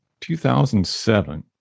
2007